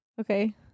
Okay